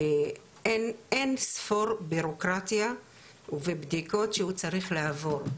אין ספור בירוקרטיה ובדיקות שהוא צריך לעבור,